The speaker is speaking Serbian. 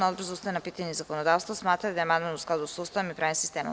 Odbor za ustavna pitanja i zakonodavstvo smatra da je amandman u skladu sa Ustavom i pravnim sistemom.